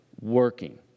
working